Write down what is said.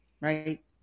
Right